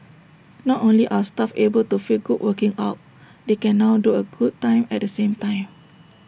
not only are staff able to feel good working out they can now do A good time at the same time